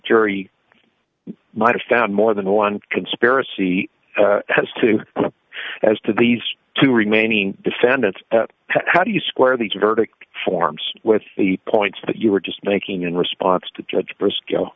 jury might have found more than one conspiracy has to as to these two remaining defendants how do you square the verdict forms with the points that you were just making in response to judge